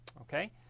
Okay